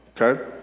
okay